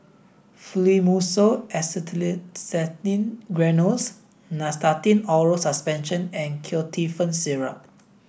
Fluimucil Acetylcysteine Granules Nystatin Oral Suspension and Ketotifen Syrup